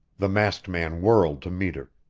the masked man whirled to meet her.